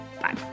Bye